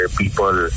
people